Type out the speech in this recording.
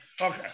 Okay